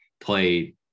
play